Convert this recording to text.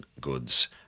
goods